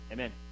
Amen